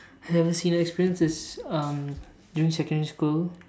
having seen and experienced is um during secondary school